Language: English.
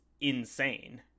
insane